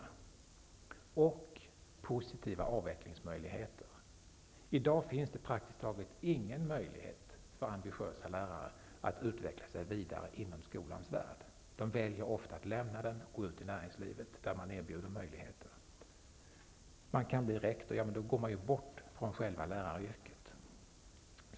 Vi måste även ha positiva avvecklingsmöjligheter. I dag finns det praktiskt taget ingen möjlighet för ambitiösa lärare att utvecklas vidare inom skolans värld, varför de ofta väljer att lämna den och gå till näringslivet där möjligheter erbjuds. Naturligtvis kan man bli rektor, men då frångår man ju själva läraryrket.